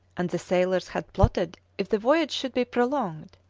and the sailors had plotted if the voyage should be prolonged,